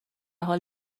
حال